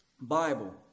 Bible